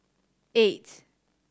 eight